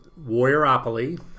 Warrioropoly